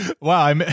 Wow